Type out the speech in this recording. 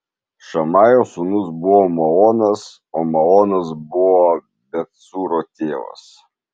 šamajo sūnus buvo maonas o maonas buvo bet cūro tėvas